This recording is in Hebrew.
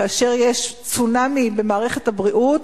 כאשר יש צונאמי במערכת הבריאות,